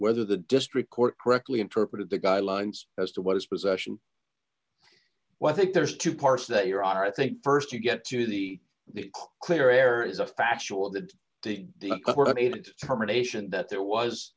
whether the district court correctly interpreted the guidelines as to what is possession well i think there's two parts that your honor i think st you get to the clear air is a factual that the court made terminations that there was